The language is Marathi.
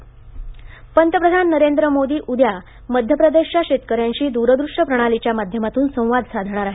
पंतप्रधान पंतप्रधान नरेंद्र मोदी उद्या मध्य प्रदेशच्या शेतकऱ्यांशी दूरदृष्य प्रणालीच्या माध्यमातून संवाद साधणार आहेत